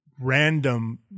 random